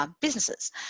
businesses